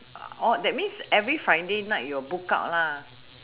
oh that means every friday night you will book out lah